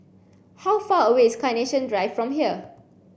how far away is Carnation Drive from here